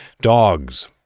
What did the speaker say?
Dogs